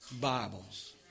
Bibles